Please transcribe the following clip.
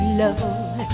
love